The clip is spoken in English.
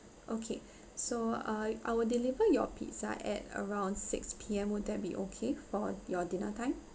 okay so ah I will deliver your pizza at around six P_M would that be okay for your dinner time